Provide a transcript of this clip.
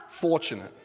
fortunate